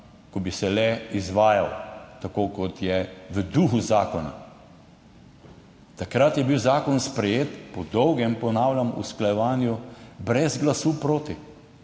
Ko bi se le izvajal tako, kot je v duhu zakona. Takrat je bil zakon sprejet po dolgem, ponavljam, usklajevanju brez glasu proti.